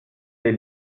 des